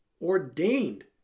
ordained